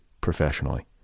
professionally